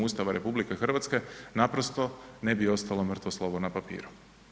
Ustava RH naprosto ne bi ostalo mrtvo slovo na papiru.